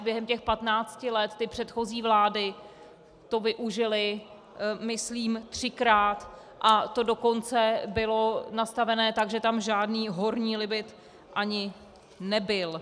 Během těch patnácti let to předchozí vlády využily myslím třikrát, a to dokonce bylo nastavené tak, že tam žádný horní limit ani nebyl.